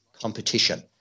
competition